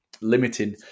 limiting